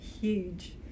huge